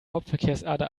hauptverkehrsader